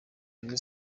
rayon